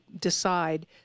decide